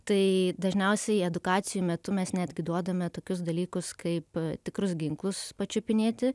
tai dažniausiai edukacijų metu mes netgi duodame tokius dalykus kaip tikrus ginklus pačiupinėti